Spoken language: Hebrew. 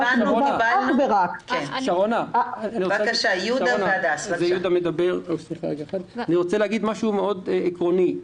אני רוצה להגיד משהו עקרוני מאוד.